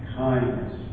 kindness